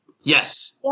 Yes